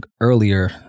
earlier